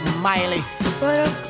Miley